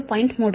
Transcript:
3